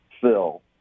phil